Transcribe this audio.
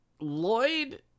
lloyd